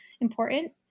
important